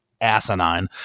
asinine